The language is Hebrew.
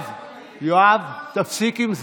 יואב, תפסיק עם זה.